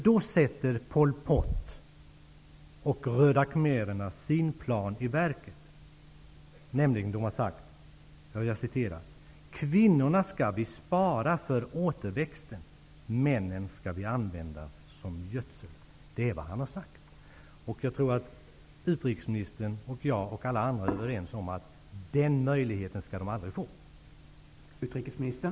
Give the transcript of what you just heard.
Då sätter Pol Pot och de röda khmererna sin plan i verket, nämligen det han har sagt: Kvinnorna skall vi spara för återväxten, männen skall vi använda som gödsel. Jag tror att utrikesministern och jag, och alla andra, är överens om att de aldrig skall få den möjligheten.